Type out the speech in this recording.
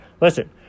Listen